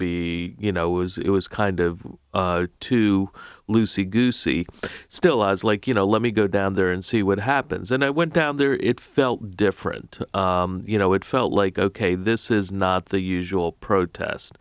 be you know was it was kind of to lucy goosey still lives like you know let me go down there and see what happens and i went down there it felt different you know it felt like ok this is not the usual protest